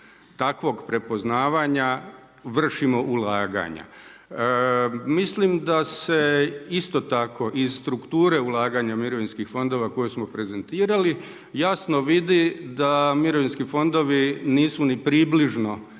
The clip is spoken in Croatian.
takvog prepoznavanja vršimo ulaganja. Mislim da se isto tako iz strukture ulaganja mirovinskih fondova koje smo prezentirali jasno vidi da mirovinski fondovi nisu ni približno